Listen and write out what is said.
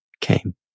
came